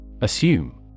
Assume